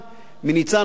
ניצן הורוביץ,